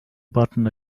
button